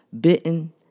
bitten